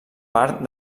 part